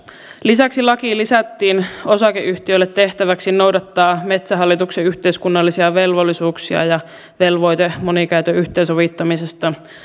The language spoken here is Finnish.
lisäksi lakiin lisättiin osakeyhtiölle tehtäväksi noudattaa metsähallituksen yhteiskunnallisia velvollisuuksia ja velvoite monikäytön yhteensovittamisesta